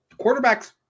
quarterbacks